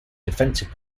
defensive